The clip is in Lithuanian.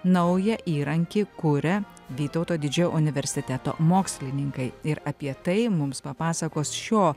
naują įrankį kuria vytauto didžiojo universiteto mokslininkai ir apie tai mums papasakos šio